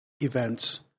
events